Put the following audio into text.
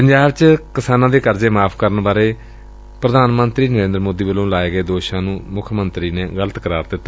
ਪੰਜਾਬ ਚ ਕਿਸਾਨਾਂ ਦੇ ਕਰਜ਼ੇ ਮੁਆਫ ਕਰਨ ਬਾਰੇ ਪ੍ਰਧਾਨ ਮੰਤਰੀ ਨਰੇਂਦਰ ਮੋਦੀ ਵੱਲੋਂ ਲਾਏ ਗਏ ਦੋਸ਼ਾਂ ਨੂੰ ਮੁੱਖ ਮੰਤਰੀ ਨੇ ਪੁਰੀ ਤਰ੍ਹਾਂ ਗਲਤ ਕਰਾਰ ਦਿੱਤਾ